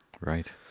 Right